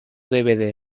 dvd